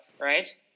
right